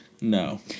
No